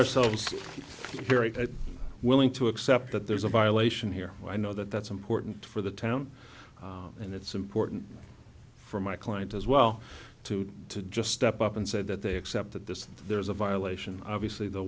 ourselves very willing to accept that there's a violation here and i know that that's important for the town and it's important for my clients as well to to just step up and said that they accepted this there's a violation obviously the